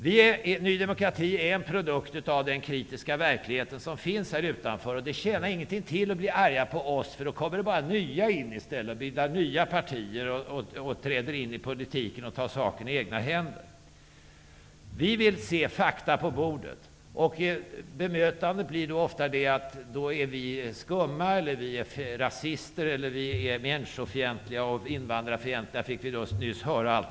Vi i Ny demokrati är en produkt av den kritiska verklighet som finns här utanför. Det tjänar ingenting till att bli arg på oss, därför att då kommer det bara att bildas nya partier som träder in i politiken och tar saken i egna händer. Vi vill se fakta på bordet. Då bemöts vi med att vi är skumma, att vi är rasister, att vi är människofientliga och -- som vi nyss fick höra -- invandrarfientliga.